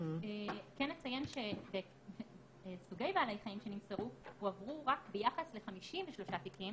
כן נציין שסוגי בעלי החיים שנמסרו הועברו רק ביחס ל-53 מהתיקים